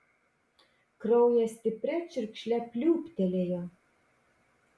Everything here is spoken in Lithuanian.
kraujas stipria čiurkšle pliūptelėjo